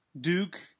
Duke